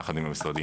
יחד עם המשרדים,